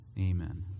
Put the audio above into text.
Amen